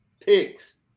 picks